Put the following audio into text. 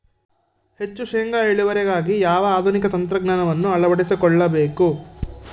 ಹೆಚ್ಚು ಶೇಂಗಾ ಇಳುವರಿಗಾಗಿ ಯಾವ ಆಧುನಿಕ ತಂತ್ರಜ್ಞಾನವನ್ನು ಅಳವಡಿಸಿಕೊಳ್ಳಬೇಕು?